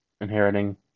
inheriting